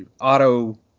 auto